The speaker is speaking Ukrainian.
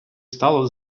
стало